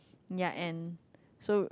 yeah and so